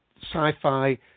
sci-fi